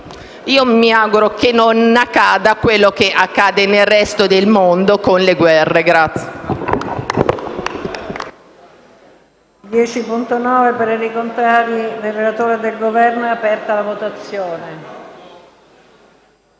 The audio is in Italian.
Poi mi auguro che non accada ciò che accade nel resto del mondo, con le guerre.